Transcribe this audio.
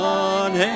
one